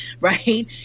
right